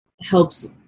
helps